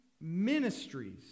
ministries